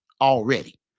already